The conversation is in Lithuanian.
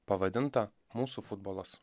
pavadinta mūsų futbolas